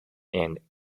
and